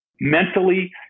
Mentally